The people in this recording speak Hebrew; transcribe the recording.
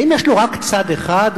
האם יש לו רק צד אחד,